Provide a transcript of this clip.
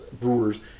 Brewers